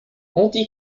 anti